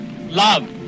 Love